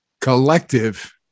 collective